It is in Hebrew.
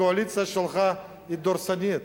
הקואליציה שלך היא דורסנית.